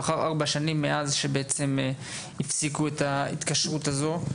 ארבע שנים לאחר הפסקת ההתקשרות הזו.